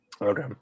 Okay